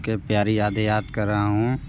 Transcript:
के प्यारी यादें याद कर रहा हूँ